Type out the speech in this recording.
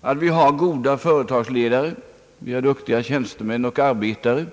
att vi har goda företagsledare, duktiga tjänstemän och arbetare.